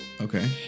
Okay